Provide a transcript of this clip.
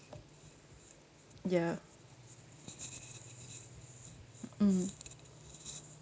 ya mm